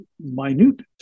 minute